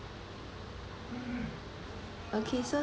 okay so